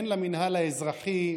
אין למינהל האזרחי,